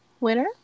winner